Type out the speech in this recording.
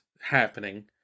happening